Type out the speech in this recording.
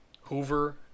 Hoover